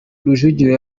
rujugiro